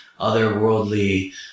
otherworldly